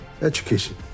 education